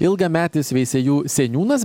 ilgametis veisiejų seniūnas